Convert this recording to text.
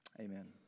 Amen